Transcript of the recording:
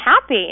happy